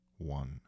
One